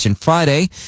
Friday